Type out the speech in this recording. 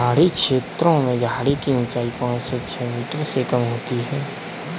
पहाड़ी छेत्रों में झाड़ी की ऊंचाई पांच से छ मीटर से कम होती है